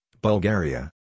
Bulgaria